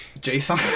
Jason